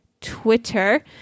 Twitter